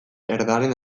erdaren